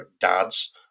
dads